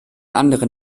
anderen